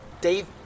Dave